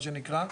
מה שנקרא,